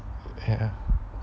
ya